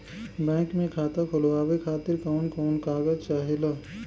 Bank मे खाता खोलवावे खातिर कवन कवन कागज चाहेला?